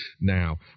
now